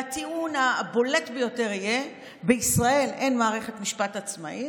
והטיעון הבולט ביותר יהיה: בישראל אין מערכת משפט עצמאית.